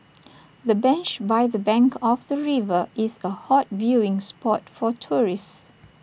the bench by the bank of the river is A hot viewing spot for tourists